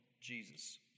Jesus